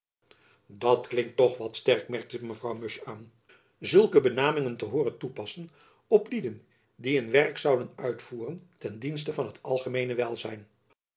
dat klinkt toch wat sterk merkte mevrouw musch aan zulke benamingen te hooren toepassen op lieden die een werk zouden uitvoeren ten dienste van het algemeene welzijn